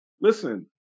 listen